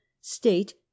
state